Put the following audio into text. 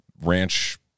ranch